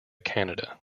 canada